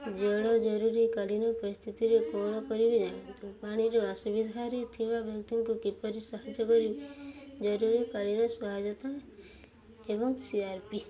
ଜଳ ଜରୁରୀକାଳୀନ ପରିସ୍ଥିତିରେ କ'ଣ କରିବେ ନାଁ ପାଣିର ଅସୁବିଧାରେ ଥିବା ବ୍ୟକ୍ତିଙ୍କୁ କିପରି ସାହାଯ୍ୟ କରିବି ଜରୁରୀକାଳୀନ ସହାୟତା ଏବଂ ସି ଆର୍ ପି